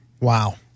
Wow